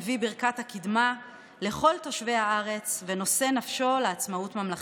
מביא ברכת הקדמה לכל תושבי הארץ ונושא נפשו לעצמאות ממלכתית.